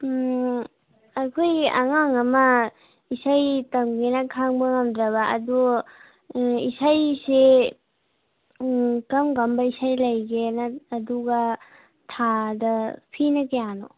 ꯑꯩꯈꯣꯏꯒꯤ ꯑꯉꯥꯡ ꯑꯃ ꯏꯁꯩ ꯇꯝꯒꯦꯅ ꯈꯥꯡꯕ ꯉꯝꯗ꯭ꯔꯕ ꯑꯗꯣ ꯏꯁꯩꯁꯦ ꯀꯔꯝ ꯀꯔꯝꯕ ꯏꯁꯩ ꯂꯩꯒꯦꯅ ꯑꯗꯨꯒ ꯊꯥꯗ ꯐꯤꯅ ꯀꯌꯥꯅꯣ